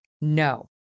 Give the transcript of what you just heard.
no